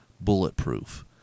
bulletproof